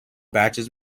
batches